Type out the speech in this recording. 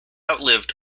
outlived